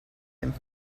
him